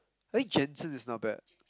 I think Jensen is not bad